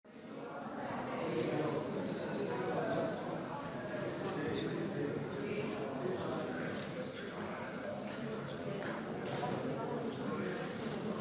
Hvala